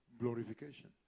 glorification